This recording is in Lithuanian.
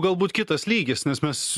galbūt kitas lygis nes mes